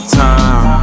time